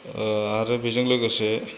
आरो बेजों लोगोसे